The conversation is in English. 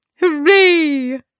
Hooray